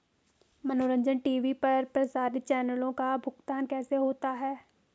मनोरंजन टी.वी पर प्रसारित चैनलों का भुगतान कैसे होता है?